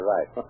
Right